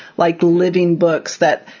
like living books that,